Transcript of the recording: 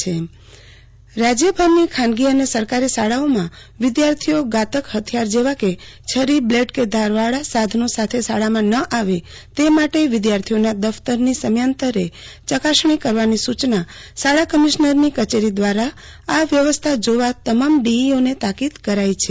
આરતી ભદ્દ રાજ્યમાં ખાનગી અને સરકારી શાળાઓ રાજ્યભરની ખાનગી અને સરકારી શાળાઓમાં વિધ્યાર્થીઓ ઘાતક હથિયાર જેવા કે છરીબ્લેડ કે ધારવાળા સાધનો સાથે શાળામાં ન આવે તે માટે વિધ્યાર્થીઓ ના દફતરોની સમયાંતરે ચકાસણી કરવાની સુચના શાળા કમિશનરની કચેરી દ્વારા આ વ્યવસ્થા જોવા તમામ ડીઈઓને તાકીદ કરાઈ છે